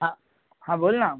हां हां बोल ना